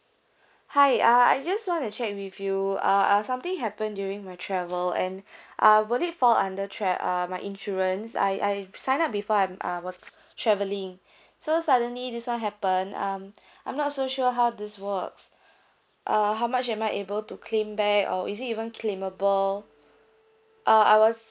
hi uh I just want to check with ah I've something happened during my travel and ah would it fall under travel uh my insurance I I signed up before I'm I was travelling so suddenly this one happened um I'm not so sure how this works uh how much am I able to claim back or is it even claimable ah I was